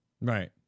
Right